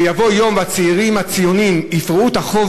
ש"יבוא יום והצעירים הציונים יפרעו את החוב